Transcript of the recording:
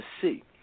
see